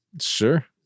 sure